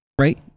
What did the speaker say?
Right